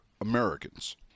Americans